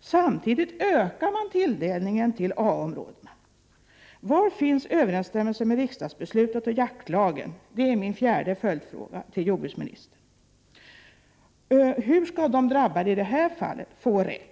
Samtidigt ökar man tilldelningen till A områdena! Var finns överensstämmelsen med riksdagsbeslutet och jaktlagen? Det är min fjärde följdfråga till jordbruksministern. Hur skall de drabbade i det här fallet få rätt?